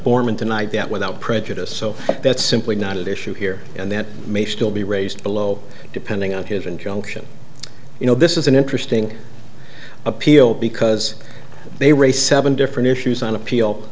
borman tonight that without prejudice so that's simply not at issue here and that may still be raised below depending on his injunction you know this is an interesting appeal because they re seven different issues on appeal